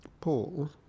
Paul